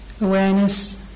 awareness